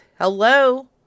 Hello